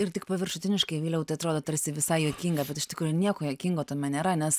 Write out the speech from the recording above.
ir tik paviršutiniškai vėliau tai atrodo tarsi visai juokinga bet iš tikrųjų nieko juokingo tame nėra nes